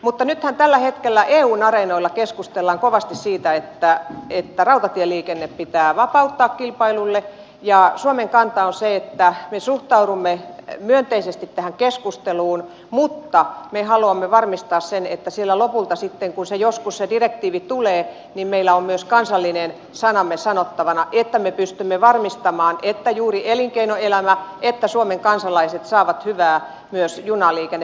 mutta nythän tällä hetkellä eun areenoilla keskustellaan kovasti siitä että rautatieliikenne pitää vapauttaa kilpailulle ja suomen kanta on se että me suhtaudumme myönteisesti tähän keskusteluun mutta me haluamme varmistaa sen että siellä lopulta sitten kun se direktiivi joskus tulee meillä on myös kansallinen sanamme sanottavana että me pystymme varmistamaan että juuri elinkeinoelämä ja suomen kansalaiset saavat myös hyvää junaliikennepalvelua